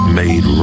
made